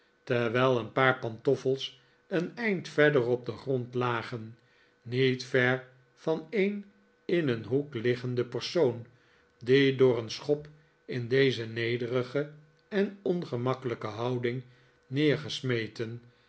terwijl een paar pantoffels een eind verder op den grond lagen niet ver van een in een hoek liggenden persoon die door een schop in deze nederige en ongemakkeliike houding